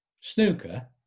snooker